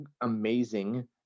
amazing